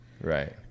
Right